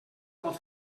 pot